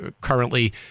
currently